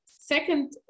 second